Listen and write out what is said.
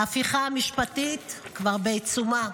ההפיכה המשפטית כבר בעיצומה,